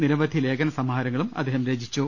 നിരവധി ലേഖന സമാഹാരങ്ങളും അദ്ദേഹം രചിച്ചു